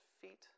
feet